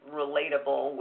relatable